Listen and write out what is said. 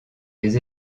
des